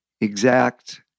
exact